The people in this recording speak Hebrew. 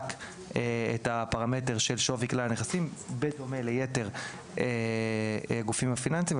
את הפרמטר של שווי כלל הנכסים בדומה ליתר גופים פיננסיים.